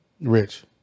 Rich